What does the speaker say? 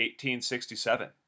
1867